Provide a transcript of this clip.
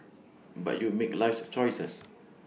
but you make life's choices